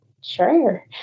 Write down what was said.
sure